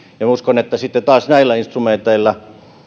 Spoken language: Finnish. uskon että näillä instrumenteilla